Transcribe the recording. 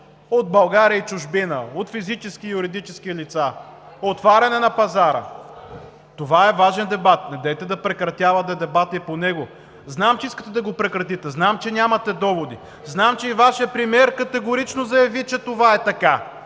от България и чужбина, от физически и юридически лица, за отваряне на пазара. Това е важен дебат! Недейте да прекратявате дебата и по него! Знаем, че искате да го прекратите, знам, че нямате доводи, знаем, че и Вашият премиер категорично заяви, че това е така.